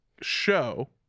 show